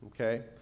Okay